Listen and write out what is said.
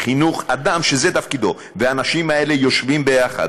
בחינוך אדם שזה תפקידו, והאנשים האלה יושבים יחד,